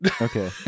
Okay